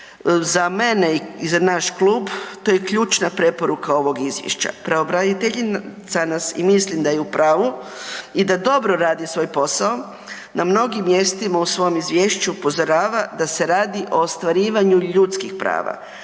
Za mene i za naš klub, to je ključna preporuka ovog izvješća. Pravobraniteljica nas i mislim da je u pravu, i da dobro radi svoj posao, na mnogim mjestima u svom izvješću upozorava da se radi o ostvarivanju ljudskih prava,